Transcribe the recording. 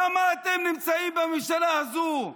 למה אתם נמצאים בממשלה הזאת,